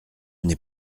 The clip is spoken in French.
n’est